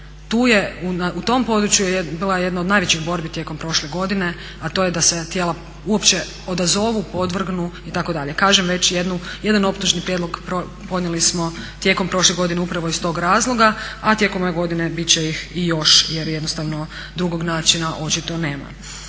stvar. U tom području je bila jedna od najvećih borbi tijekom prošle godine, a to je da se tijela uopće odazovu, podvrgnu itd. Kažem već jedan optužni prijedlog ponijeli smo tijekom prošle godine upravo iz tog razloga, a tijekom ove godine bit će ih još jer jednostavno drugog načina očito nema.